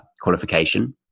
qualification